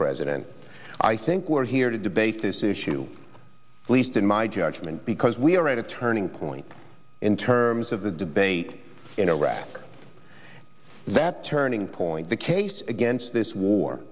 president i think we're here to debate this issue least in my judgment because we are at a turning point in terms of the debate in iraq that turning point the case against this war